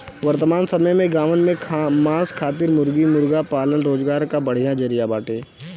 वर्तमान समय में गांवन में मांस खातिर मुर्गी मुर्गा पालन रोजगार कअ बढ़िया जरिया बाटे